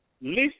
List